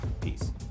Peace